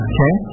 Okay